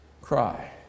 cry